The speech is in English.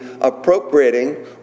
appropriating